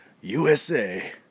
USA